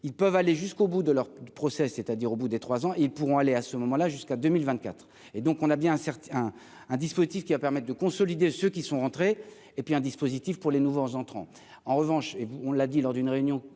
ils peuvent aller jusqu'au bout de leur procès, c'est-à-dire au bout des 3 ans, ils pourront aller à ce moment-là, jusqu'à 2024 et donc on a bien incertain, hein, un dispositif qui a permis de consolider ce qui sont rentrés et puis un dispositif pour les nouveaux entrants, en revanche, et on l'a dit lors d'une réunion